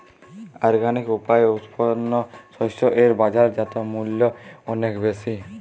organic উপায়ে উৎপন্ন শস্য এর বাজারজাত মূল্য অনেক বেশি